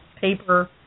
paper